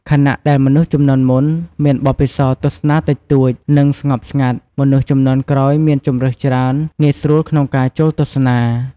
ខណៈដែលមនុស្សជំនាន់មុនមានបទពិសោធន៍ទស្សនាតិចតួច និងស្ងប់ស្ងាត់ មនុស្សជំនាន់ក្រោយមានជម្រើសច្រើន ងាយស្រួលក្នុងការចូលទស្សនា ។